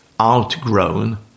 outgrown